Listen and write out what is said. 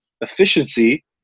efficiency